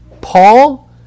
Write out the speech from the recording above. Paul